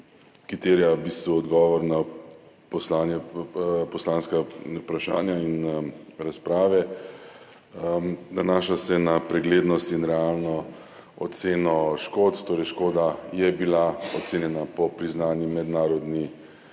terja odgovor na poslanska vprašanja in razprave, nanaša se na preglednost in realno oceno škod. Škoda je bila ocenjena po priznani mednarodni